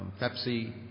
Pepsi